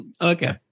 Okay